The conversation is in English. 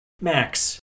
Max